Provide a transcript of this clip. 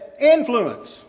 influence